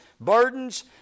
burdens